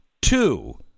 Two